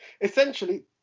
Essentially